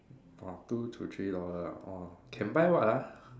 !wah! two to three dollar ah !wah! can buy [what] ah